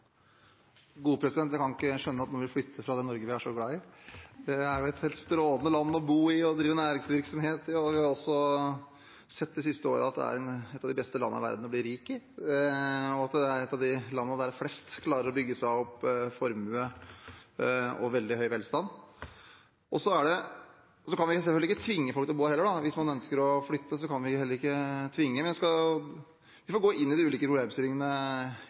Jeg kan ikke skjønne at noen vil flytte fra det Norge vi er så glad i. Det er et helt strålende land å bo i og drive næringsvirksomhet i. Vi har også sett de siste årene at det er et av de beste landene i verden å bli rik i, og at det er et av de landene der flest klarer å bygge seg opp formue og veldig høy velstand. Så kan vi selvfølgelig ikke tvinge folk til å bo her heller. Hvis man ønsker å flytte, kan vi heller ikke tvinge. Vi får gå inn i de ulike